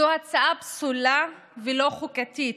זו הצעה פסולה ולא חוקתית,